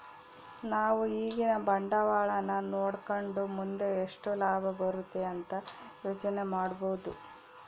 ನಾವು ಈಗಿನ ಬಂಡವಾಳನ ನೋಡಕಂಡು ಮುಂದೆ ಎಷ್ಟು ಲಾಭ ಬರುತೆ ಅಂತ ಯೋಚನೆ ಮಾಡಬೋದು